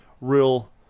real